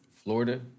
Florida